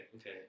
okay